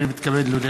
הנני מתכבד להודיעכם,